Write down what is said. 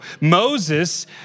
Moses